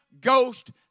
Ghost